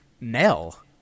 Nell